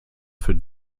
für